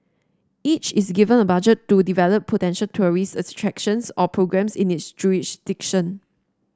each is given a budget to develop potential tourist attractions or programmes in its jurisdiction